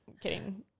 kidding